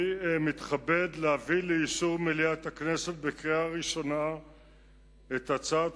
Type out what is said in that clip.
אני מתכבד להביא לאישור מליאת הכנסת בקריאה ראשונה את הצעת